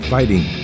Fighting